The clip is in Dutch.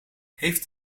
heeft